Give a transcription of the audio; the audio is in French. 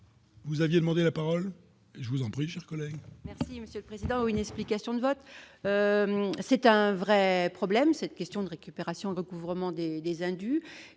Vous aviez demandé la parole, je vous en prie, chers collègues. Merci Monsieur le Président, une explication de vote, c'est un vrai problème, cette question de récupération de recouvrement des indus